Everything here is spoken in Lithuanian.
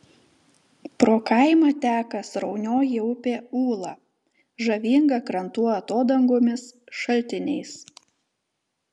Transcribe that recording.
pro kaimą teka sraunioji upė ūla žavinga krantų atodangomis šaltiniais